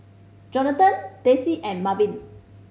Johnathan Daisie and Marvin